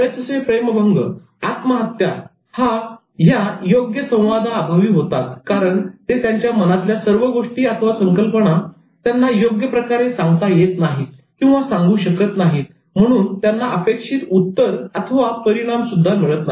बरेचसे प्रेमभंग आत्महत्या ह्या योग्य संवादा अभावी होतात कारण ते त्यांच्या मनातल्या सर्व गोष्टी अथवा कल्पना त्यांना योग्यप्रकारे सांगता येत नाहीत किंवा सांगू शकत नाही म्हणून त्यांना अपेक्षित उत्तर परिणाम सुद्धा मिळत नाही